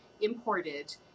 imported